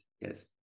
yes